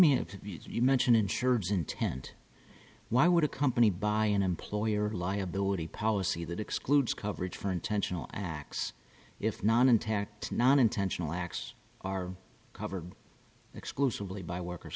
if you mention insureds intent why would a company buy an employer liability policy that excludes coverage for intentional acts if not intact not intentional acts are covered exclusively by worker